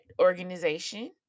organization